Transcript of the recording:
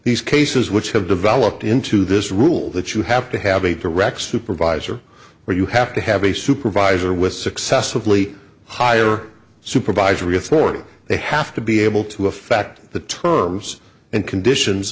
these cases which have developed into this rule that you have to have a direct supervisor or you have to have a supervisor with successively higher supervisory authority they have to be able to affect the terms and conditions